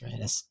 right